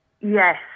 Yes